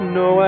no